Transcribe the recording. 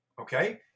okay